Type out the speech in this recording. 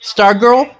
Stargirl